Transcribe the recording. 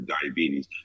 diabetes